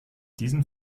diesen